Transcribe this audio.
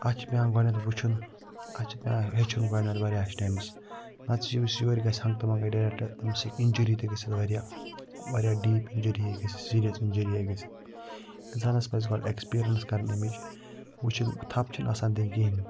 اَتھ چھِ پٮ۪وان گۄڈٕنٮ۪تھ وٕچھُن اَتھ چھِ پٮ۪وان ہیٚچھُن گۄڈٕنٮ۪تھ واریاہَس ٹایمَس نَتہٕ یُس یورٕ گَژھِ ہَنٛگتہٕ مَنٛگَے ڈَرٮ۪کٹ تٔمِس ہیٚکہِ اِنجٕری تہِ گٔژھِتھ واریاہ واریاہ ڈیٖپ اِنجٕری ہیٚکہِ گٔژھِتھ سیٖریَس اِنجٕری ہیٚکہِ گٔژھِتھ اِنسانَس پَزِ گۄڈٕ اٮ۪کٕسپیٖریَنٕس کَرٕنۍ اَمِچ وٕچھُن تھپہٕ چھِنہٕ آسان دِنۍ کِہیٖنۍ